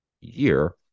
year